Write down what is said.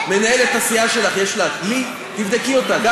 מנהלת הסיעה שלך, תבדקי אתה.